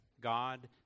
God